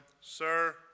Sir